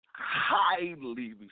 Highly